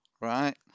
right